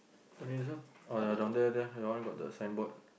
only this one oh ya down there there that one got the signboard